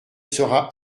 sera